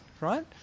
right